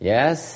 Yes